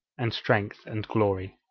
and strength, and glory.